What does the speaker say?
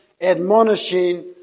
admonishing